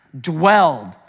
dwelled